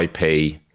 IP